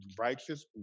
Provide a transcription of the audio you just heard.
righteous